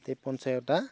बे पन्सायतआ